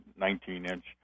19-inch